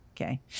Okay